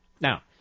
Now